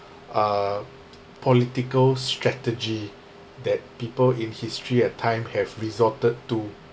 uh political strategy that people in history at time have resorted to